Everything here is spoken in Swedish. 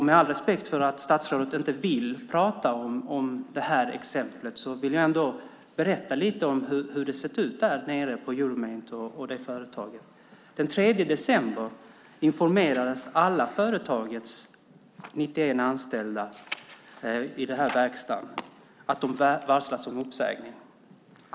Med all respekt för att statsrådet inte vill prata om det här exemplet vill jag berätta lite hur det sett ut på det företaget. Den 3 december informerades företagets alla 91 anställda i den här verkstaden om att de varslas om uppsägning.